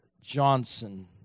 Johnson